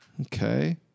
Okay